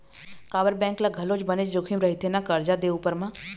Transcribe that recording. काबर बेंक ल घलोक बनेच जोखिम रहिथे ना करजा दे उपर म